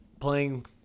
playing